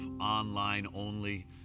online-only